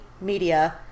media